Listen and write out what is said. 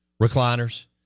recliners